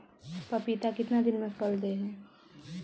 पपीता कितना दिन मे फल दे हय?